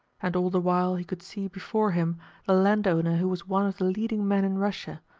and all the while he could see before him the landowner who was one of the leading men in russia,